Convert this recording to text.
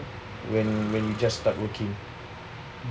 when when you just start working